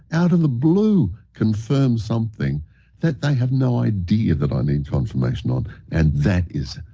out of the blue confirm something that they have no idea that i need confirmation on. and that is,